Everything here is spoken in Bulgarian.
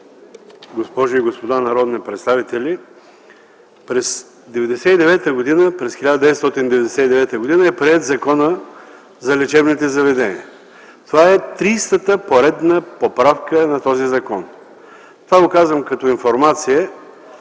госпожи и господа народни представители, през 1999 г. е приет Законът за лечебните заведения. Това е тридесетата поредна поправка на този закон! Това го казвам като информация